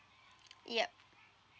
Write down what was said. yup